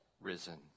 risen